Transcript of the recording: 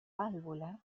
válvula